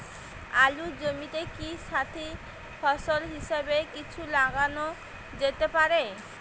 আলুর জমিতে কি সাথি ফসল হিসাবে কিছু লাগানো যেতে পারে?